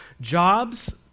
Jobs